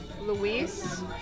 Luis